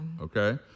Okay